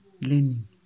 learning